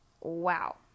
Wow